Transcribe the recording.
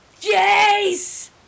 JACE